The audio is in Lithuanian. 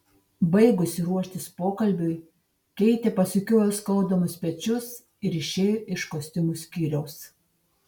baigusi ruoštis pokalbiui keitė pasukiojo skaudamus pečius ir išėjo iš kostiumų skyriaus